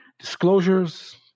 disclosures